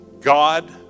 God